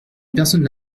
personne